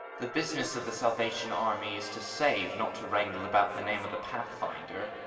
the business of the salvation army is to save, not to wrangle about the name of the pathfinder.